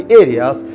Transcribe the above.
areas